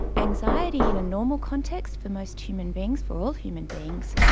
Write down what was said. anxiety in a normal context for most human beings, for all human beings,